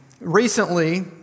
Recently